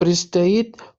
предстоит